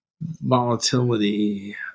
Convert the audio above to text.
volatility